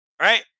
right